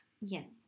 Yes